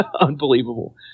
unbelievable